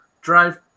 drive